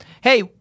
Hey